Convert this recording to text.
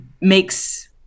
makes